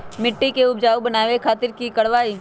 मिट्टी के उपजाऊ बनावे खातिर की करवाई?